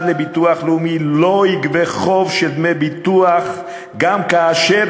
לביטוח לאומי לא יגבה חוב של דמי ביטוח גם כאשר